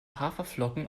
haferflocken